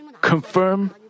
confirm